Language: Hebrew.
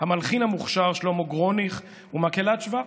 המלחין המוכשר שלמה גרוניך ומקהלת שבא,